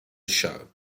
show